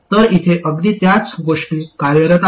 तर इथे अगदी त्याच गोष्टी कार्यरत आहेत